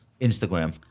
Instagram